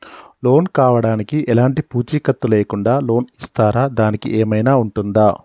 Loan కావడానికి ఎలాంటి పూచీకత్తు లేకుండా లోన్ ఇస్తారా దానికి ఏమైనా ఉంటుందా?